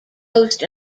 post